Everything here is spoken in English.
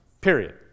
Period